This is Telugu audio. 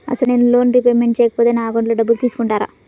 అసలు నేనూ లోన్ రిపేమెంట్ చేయకపోతే నా అకౌంట్లో డబ్బులు తీసుకుంటారా?